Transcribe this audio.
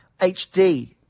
HD